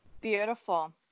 Beautiful